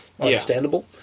Understandable